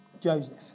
Joseph